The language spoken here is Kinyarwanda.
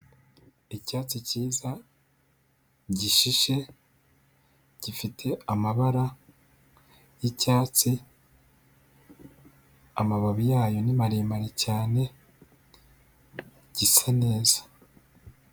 Icyatsi cyiza, gishishe, gifite amabara y'icyatsi, amababi yayo ni maremare cyane, gisa neza.